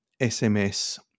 SMS